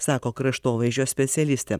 sako kraštovaizdžio specialistė